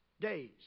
days